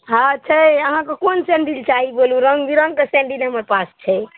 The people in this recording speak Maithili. हँ छै अहाँके कोन सैंडिल चाही बोलू रङ्ग बिरङ्गके सैंडिल हमर पास छै